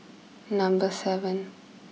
number seven